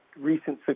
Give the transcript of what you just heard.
recent